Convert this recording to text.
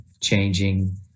changing